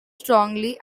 strongly